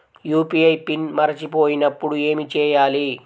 UPI PIN మరచిపోయినప్పుడు ఏమి చేయాలి?